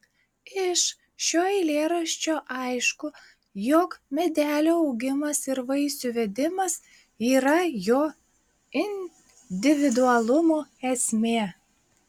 iš šio eilėraščio aišku jog medelio augimas ir vaisių vedimas yra jo individualumo esmė